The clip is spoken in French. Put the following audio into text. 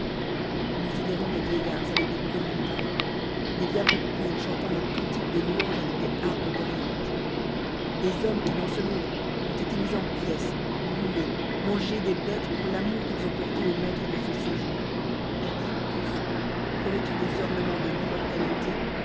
nous y errons des vicillarlls avec des couronnes d'or des vie r es plues apo chantant les cantiques de louanges avec des harpes brillantes des homjoan mes qui dans ce monde ont été mis en pièces bràlés mangés des b pour l'amour du'ils ont porté au mahre de ce séjour et qui tous revétus des ornemenl de l'immorcor